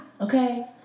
Okay